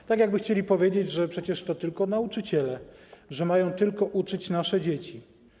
To tak, jakby chcieli powiedzieć, że przecież to tylko nauczyciele, że mają tylko uczyć nasze dzieci.